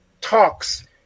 talks